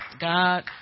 God